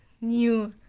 new